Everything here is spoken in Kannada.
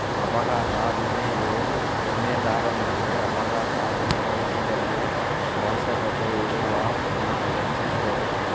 ಅಪಘಾತ ವಿಮೆಯು ವಿಮೆದಾರನಿಗೆ ಅಪಘಾತ ಸಂಭವಿಸಿದಲ್ಲಿ ಅವಶ್ಯಕತೆ ಇರುವ ಹಣ ಒದಗಿಸ್ತದೆ